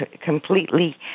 completely